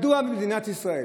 מדוע מדינת ישראל,